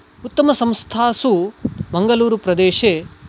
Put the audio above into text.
उत्तमसंस्थासु मंगलूरु प्रदेशे